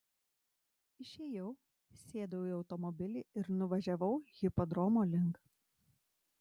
išėjau sėdau į automobilį ir nuvažiavau hipodromo link